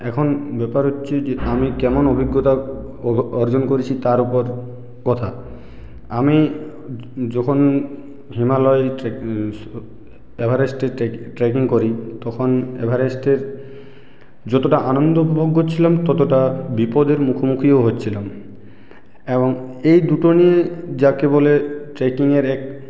এখন ব্যাপার হচ্ছে যে আমি কেমন অভিজ্ঞতা অর্জন করেছি তার উপর কথা আমি যখন হিমালয় এভারেস্টে ট্রেকিং করি তখন এভারেস্টের যতটা আনন্দ উপভোগ করছিলাম ততটা বিপদের মুখোমুখিও হচ্ছিলাম এবং এই দুটো নিয়ে যাকে বলে ট্রেকিংয়ের এক